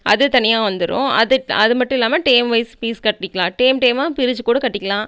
அது தனியாக வந்துரும் அது அதுமட்டுமில்லாமல் டேர்ம் வைஸ் ஃபீஸ் கட்டிக்கலாம் டேர்ம் டேர்ம்மா பிரிச்சு கூட கட்டிக்கலாம்